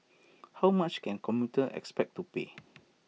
how much can commuters expect to pay